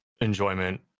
enjoyment